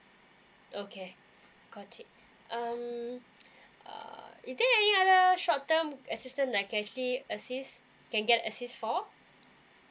okay got it um err is there other short term assistant like that actually assist can get assist for